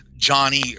johnny